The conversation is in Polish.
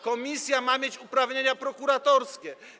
Komisja ma mieć uprawnienia prokuratorskie.